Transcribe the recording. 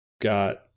got